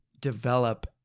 develop